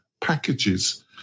packages